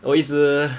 我一直